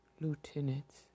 lieutenants